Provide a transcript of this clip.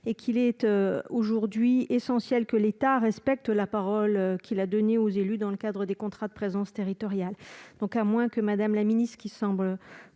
Il est aujourd'hui essentiel que l'État respecte la parole qu'il a donnée aux élus dans le cadre des contrats de présence postale territoriale. À moins que Mme la ministre, qui semble